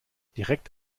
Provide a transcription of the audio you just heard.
direkt